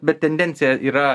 bet tendencija yra